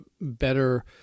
better